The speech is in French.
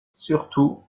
surtout